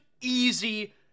easy